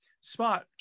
spot